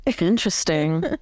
Interesting